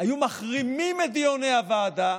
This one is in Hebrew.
היו מחרימים את דיוני הוועדה